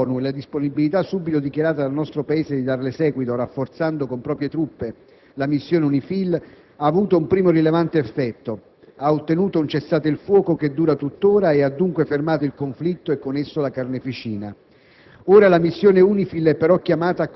La risoluzione 1701 dell'ONU, e la disponibilità subito dichiarata dal nostro Paese di darle seguito rafforzando con proprie truppe la missione UNIFIL, ha avuto un primo rilevante effetto: ha ottenuto un cessate il fuoco che dura tuttora e ha dunque fermato il conflitto e con esso la carneficina.